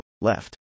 left